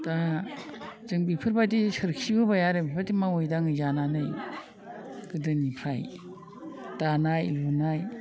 दा जों बिफोरबायदि सोरखिबोबाय आरो बेफोरबायदि मावै दाङै जानानै गोदोनिफ्राय दानाय लुनाय